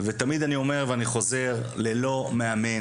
ותמיד אני אומר ואני חוזר, ללא מאמן